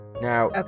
Now